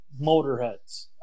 motorheads